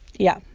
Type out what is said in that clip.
yeah,